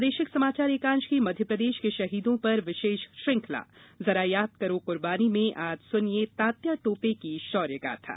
प्रादेशिक समाचार एकांश की मध्यप्रदेश के शहीदों पर विशेष श्रंखला जरा याद करो कुर्बानी में आज सुनिये तात्या टोपे की शौर्य गाथा